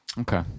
okay